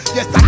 Yes